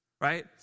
Right